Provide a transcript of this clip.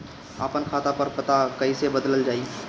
आपन खाता पर पता कईसे बदलल जाई?